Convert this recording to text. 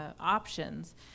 options